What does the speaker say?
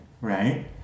right